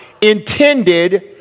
intended